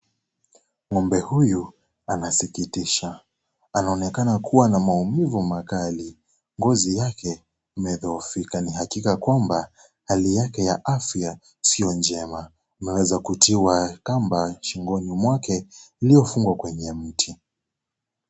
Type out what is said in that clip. Ng'ombe huyu anasikitisha. Anaonekana kuwa na maumivu makali. Ngozi yake imedhoofika, ni hakika kwamba hali yake ya afya sio njema. Ameweza kutiwa kamba shingoni mwake uliofungwa kwenye mti.